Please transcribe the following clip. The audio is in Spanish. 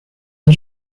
han